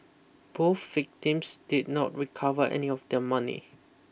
both victims did not recover any of their money